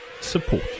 support